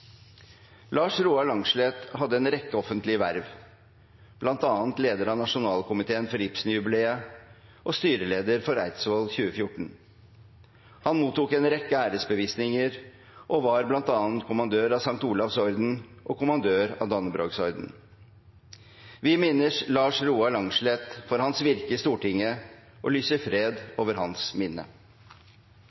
Lars Roar Langslet hadde en rekke offentlige verv, bl.a. som leder av Nasjonalkomiteen for Ibsen-jubileet og styreleder for Eidsvoll 2014. Han mottok en rekke æresbevisninger og var bl.a. kommandør av St. Olavs Orden og kommandør av Dannebrogsordenen. Vi minnes Lars Roar Langslet for hans virke i Stortinget og lyser fred over hans minne.